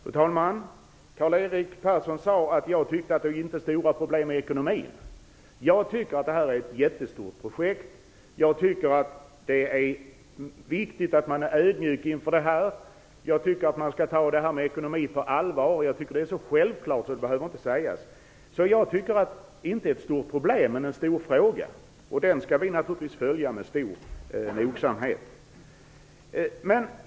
Fru talman! Karl-Erik Persson sade att jag inte tycker att det är stora problem i ekonomin. Jag tycker att detta är ett jättestort projekt. Jag tycker att det är viktigt att man är ödmjuk inför detta och att man skall ta detta med ekonomin på allvar. Det är så självklart så det behöver inte sägas. Jag tycker att det är inte ett stort problem men en stor fråga. Den skall vi naturligtvis följa med stor nogsamhet.